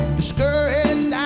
Discouraged